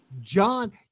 John